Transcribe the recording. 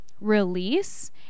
release